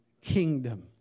kingdom